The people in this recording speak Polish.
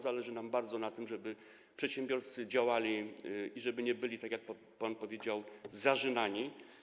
Zależy nam bardzo na tym, żeby przedsiębiorcy działali i żeby nie byli, tak jak pan powiedział, zarzynani.